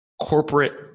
corporate